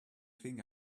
think